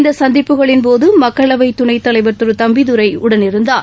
இந்த சந்திப்புகளின்போது மக்களவைத் துணைத்தலைவா் திரு தம்பிதுரை உடனிருந்தார்